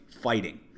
fighting